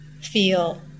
feel